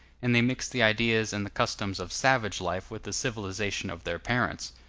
and they mix the ideas and the customs of savage life with the civilization of their parents.